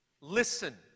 Listen